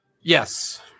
Yes